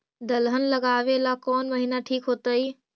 दलहन लगाबेला कौन महिना ठिक होतइ?